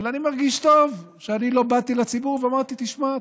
אבל אני מרגיש טוב שאני לא באתי לציבור ואמרתי: תשמע,